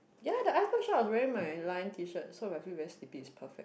ya the iceberg shot I was wearing my line T-shirt so if I feel very sleep is perfect